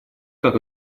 как